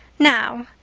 now,